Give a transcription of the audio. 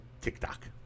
TikTok